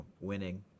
winning